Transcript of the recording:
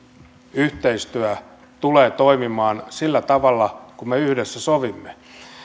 yhteistyö tulee toimimaan sillä tavalla kuin me yhdessä sovimme